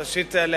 ראשית,